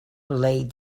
believed